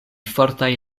fortaj